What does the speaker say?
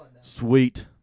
Sweet